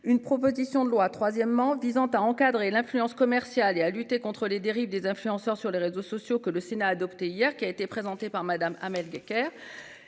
une proposition de loi visant à encadrer l'influence commerciale et à lutter contre les dérives des influenceurs sur les réseaux sociaux, que le Sénat a adoptée hier soir, dont Mme Amel Gacquerre